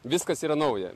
viskas yra nauja